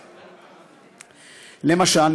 למשל,